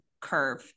curve